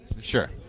Sure